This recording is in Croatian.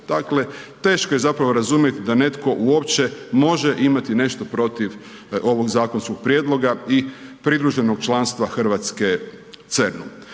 Dakle teško je zapravo razumjeti da netko uopće može imati nešto protiv ovog zakonskog prijedloga i pridruženog članstva Hrvatske CERN-u.